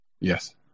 Yes